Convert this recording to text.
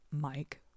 Mike